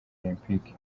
olempike